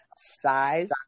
size